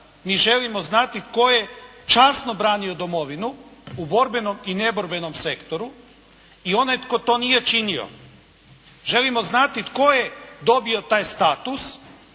mi želimo znati tko je časno branio domovinu u borbenom i neborbenom sektoru. I onaj tko to nije činio. Želimo znati tko je dobio taj status